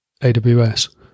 AWS